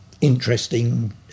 interesting